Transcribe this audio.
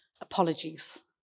apologies